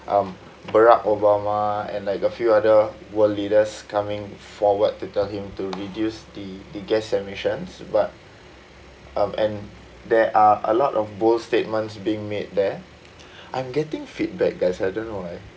um barack obama and like a few other world leaders coming forward to tell him to reduce the the gas emissions but um and there are a lot of bold statements being made there I'm getting feedback guys I don't know why